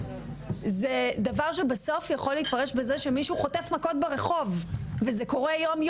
זה דבר שיכול להתפרש בזה שמישהו חוטף מכות ברחוב וזה קורה כל יום,